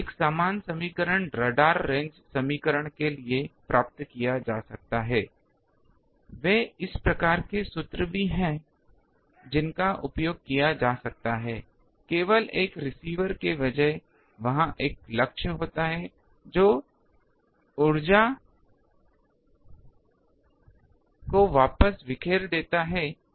एक समान समीकरण रडार रेंज समीकरण के लिए प्राप्त किया जा सकता है वे इस प्रकार के सूत्र भी हैं जिनका उपयोग किया जा सकता है केवल एक रिसीवर के बजाय वहा एक लक्ष्य होता है जो ऊर्जा और बापस बिखेर देता है